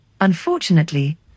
Unfortunately